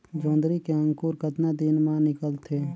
जोंदरी के अंकुर कतना दिन मां निकलथे?